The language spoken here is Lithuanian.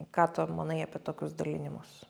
ką tu manai apie tokius dalinimus